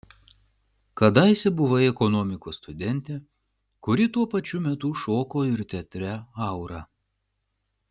kadaise buvai ekonomikos studentė kuri tuo pačiu metu šoko ir teatre aura